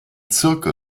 zirkel